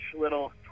little